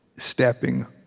stepping,